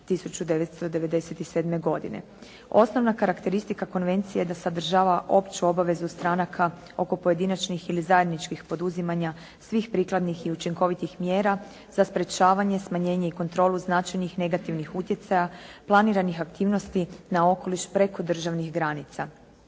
1997. godine. Osnovna karakteristika konvencije je da sadržava opću obavezu stranaka oko pojedinačnih ili zajedničkih poduzimanja svih prikladnih i učinkovitih mjera za sprečavanje i smanjenje i kontrolu značajnih negativnih utjecaja, planiranih aktivnosti na okoliš preko državnih granica.